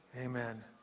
Amen